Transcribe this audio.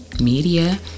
media